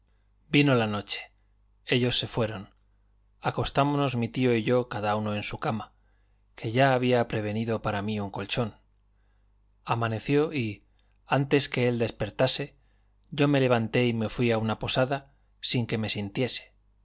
vino la noche ellos se fueron acostámonos mi tío y yo cada uno en su cama que ya había prevenido para mí un colchón amaneció y antes que él despertase yo me levanté y me fui a una posada sin que me sintiese